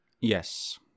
Yes